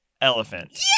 elephant